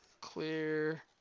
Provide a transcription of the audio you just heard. Clear